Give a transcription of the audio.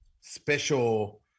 special